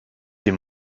des